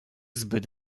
zbyt